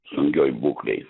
sunkioj būklėj